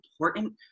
important